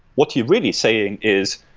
what you're really saying is,